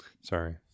Sorry